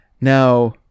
now